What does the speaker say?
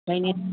ओंखायनो